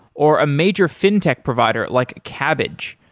or a major fintech provider like kabbage,